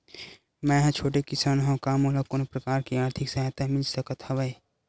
मै ह छोटे किसान हंव का मोला कोनो प्रकार के आर्थिक सहायता मिल सकत हवय?